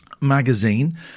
magazine